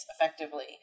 effectively